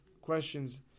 questions